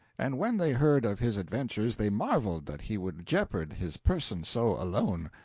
and when they heard of his adventures they marveled that he would jeopard his person so alone.